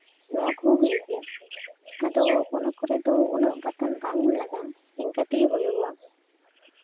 ᱱᱚᱣᱟ ᱠᱚᱦᱚᱸ ᱦᱩᱭᱩᱜ ᱜᱮᱭᱟ ᱟᱫᱚ ᱚᱱᱟ ᱠᱚᱨᱮ ᱫᱚ ᱩᱱᱟᱹᱜ ᱵᱟᱛᱟᱱ ᱵᱟᱝ ᱮᱢ ᱞᱟᱜᱟᱜᱼᱟ ᱚᱱᱠᱟ ᱛᱮᱜᱮ ᱦᱩᱭᱩᱜᱼᱟ